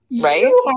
Right